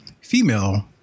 female